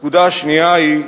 הנקודה השנייה היא,